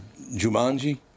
Jumanji